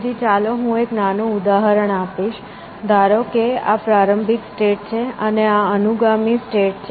તેથી ચાલો હું એક નાનું ઉદાહરણ આપીશ ધારો કે આ પ્રારંભિક સ્ટેટ છે અને આ અનુગામી સ્ટેટ છે